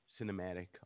cinematic